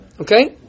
Okay